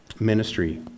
ministry